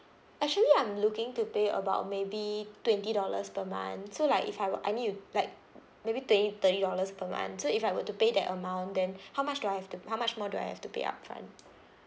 actually I'm looking to pay about maybe twenty dollars per month so like if I were I need to like maybe twenty thirty dollars per month so if I were to pay that amount then how much do I have to how much more do I have to pay upfront